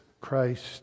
Christ